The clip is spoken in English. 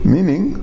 Meaning